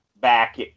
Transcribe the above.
back